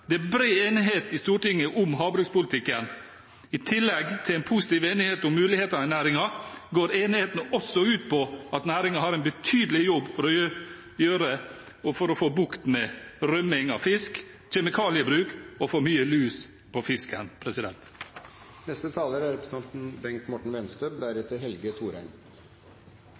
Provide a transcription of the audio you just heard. Det er bred enighet i Stortinget om havbrukspolitikken. I tillegg til en positiv enighet om mulighetene i næringen går enigheten også ut på at næringen har en betydelig jobb å gjøre for å få bukt med rømming av fisk, kjemikaliebruk og for mye lus på fisken. Det å løse konfliktene som driver mennesker på flukt, er